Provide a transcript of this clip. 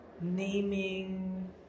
naming